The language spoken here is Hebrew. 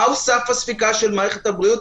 מהו סף הספיקה של מערכת הבריאות,